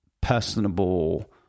personable